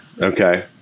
okay